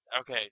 Okay